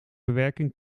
bewerking